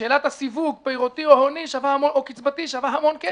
ושאלת המיסוי פירותי או הוני או קצבתי שווה המון כסף.